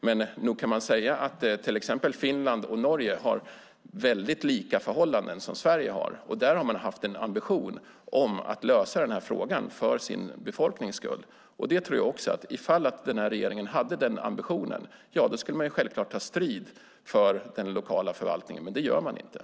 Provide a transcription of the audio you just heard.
Man kan dock säga att förhållandena i Sverige är väldigt lika dem i Finland och Norge, och där har man haft som ambition att lösa denna fråga för befolkningens skull. Hade regeringen samma ambition skulle man självklart ta strid för den lokala förvaltningen. Det gör man dock inte.